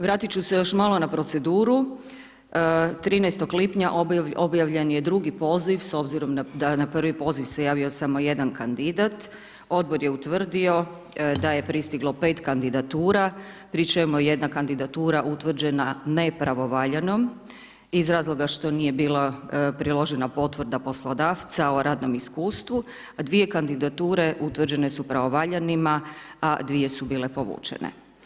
Vratiti ću se još malo na proceduru, 13. lipnja objavljen je drugi poziv, s obzirom da na prvi poziv se javio samo jedan kandidat, Odbor je utvrdio da je pristiglo 5 kandidatura, pri čemu je jedna kandidatura utvrđena nepravovaljanom iz razloga što nije bila priložena Potvrda poslodavca o radnom iskustvu, dvije kandidature utvrđene su pravovaljanima, a dvije su bile povučene.